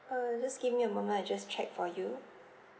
uh just give me a moment I just check for you